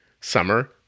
summer